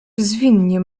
zwinnie